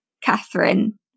Catherine